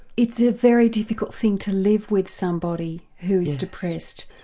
it's a very difficult thing to live with somebody who's depressed.